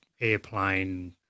airplane